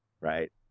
right